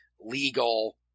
legal